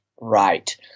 right